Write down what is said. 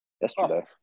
yesterday